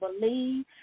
believe